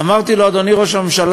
אמרתי לו: אדוני ראש הממשלה,